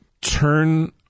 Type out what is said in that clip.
turn